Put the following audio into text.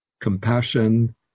compassion